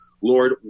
Lord